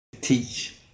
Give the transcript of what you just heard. Teach